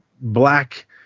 black